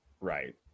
Right